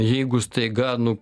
jeigu staiga nu